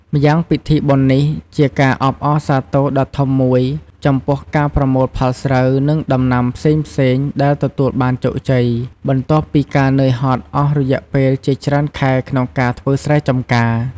ម្យ៉ាងពិធីបុណ្យនេះជាការអបអរសាទរដ៏ធំមួយចំពោះការប្រមូលផលស្រូវ និងដំណាំផ្សេងៗដែលទទួលបានជោគជ័យ បន្ទាប់ពីការនឿយហត់អស់រយៈពេលជាច្រើនខែក្នុងការធ្វើស្រែចំកា។